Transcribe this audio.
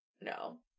No